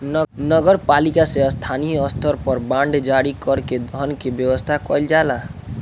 नगर पालिका से स्थानीय स्तर पर बांड जारी कर के धन के व्यवस्था कईल जाला